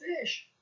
fish